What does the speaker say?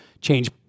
change